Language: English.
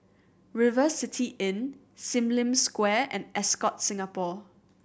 River City Inn Sim Lim Square and Ascott Singapore